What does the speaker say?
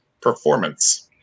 performance